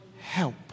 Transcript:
help